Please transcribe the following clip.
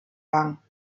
lang